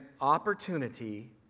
opportunity